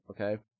okay